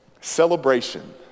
Celebration